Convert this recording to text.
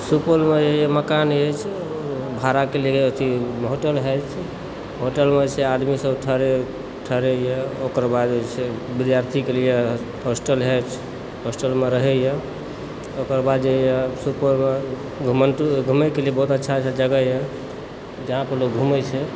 सुपौलमे जे यऽ मकानअछि भाड़ाके लेल अथी होटल अछि होटलमे जे छै आदमी सब ठहरैए ओकर बाद जे छै विद्यार्थीके लिए होस्टल अछि होस्टलमे रहैए ओकर बाद जे यऽ सुपौलमे घुमयके लिए बहुत अच्छा अच्छा जगह यऽ जहाँ पर लोग घुमए छै